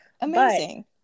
amazing